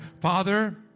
Father